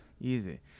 Easy